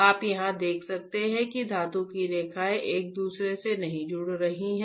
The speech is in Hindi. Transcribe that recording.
आप यहां देख सकते हैं कि धातु की रेखाएं एक दूसरे से नहीं जुड़ रही हैं